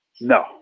No